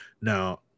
Now